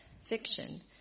fiction